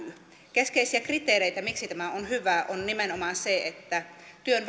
keskeisiä kriteereitä miksi tämä on hyvä on nimenomaan se että työn